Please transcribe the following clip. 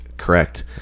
Correct